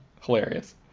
Hilarious